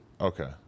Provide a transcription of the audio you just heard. Okay